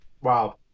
Wow